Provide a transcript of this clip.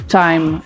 time